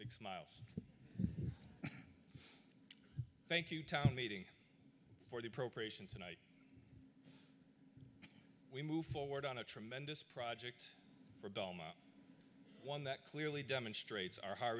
exe miles thank you tom meeting for the appropriation tonight we move forward on a tremendous project for bulma one that clearly demonstrates our high